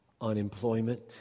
unemployment